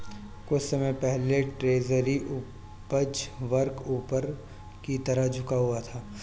कुछ समय पहले ट्रेजरी उपज वक्र ऊपर की तरफ झुका हुआ था